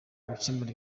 gukemura